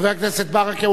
חבר הכנסת ברכה,